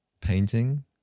painting